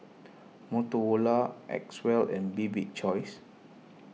Motorola Acwell and Bibik's Choice